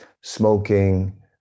smoking